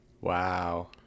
Wow